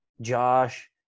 Josh